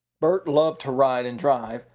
bert loved to ride and drive,